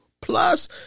plus